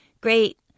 Great